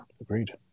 Agreed